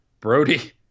Brody